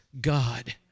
God